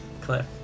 Cliff